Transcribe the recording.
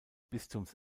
bistums